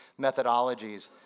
methodologies